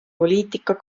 poliitika